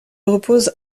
repose